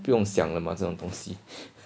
不用想的吗这种东西